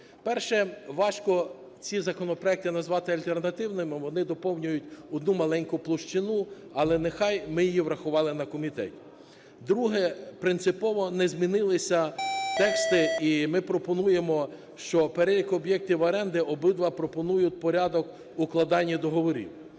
Перше, важко ці законопроекти назвати альтернативними, вони доповнюють одну маленьку площину, але нехай, ми її врахували на комітеті. Друге, принципово не змінилися тексти і ми пропонуємо, що перелік об'єктів оренди, обидва пропонують порядок укладання договорів.